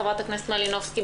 חברת הכנסת מלינובסקי.